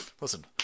listen